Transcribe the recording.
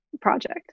project